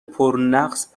پرنقص